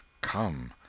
come